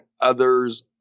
others